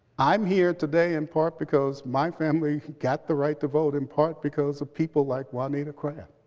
i'm here today, in part, because my family got the right to vote, in part, because of people like juanita craft.